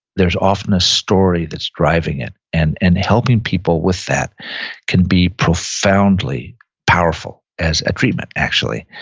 there's often a story that's driving it, and and helping people with that can be profoundly powerful as a treatment, actually,